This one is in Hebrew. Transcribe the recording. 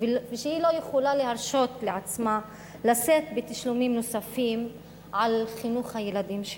ושהיא לא יכולה להרשות לעצמה לשאת בתשלומים נוספים על חינוך הילדים שלה.